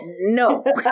No